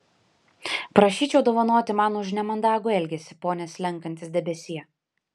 prašyčiau dovanoti man už nemandagų elgesį pone slenkantis debesie